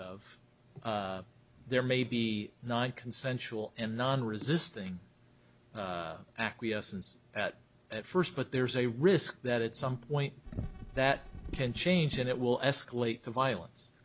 of there may be not consensual and non resisting acquiescence at at first but there's a risk that at some point that can change and it will escalate the violence